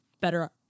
better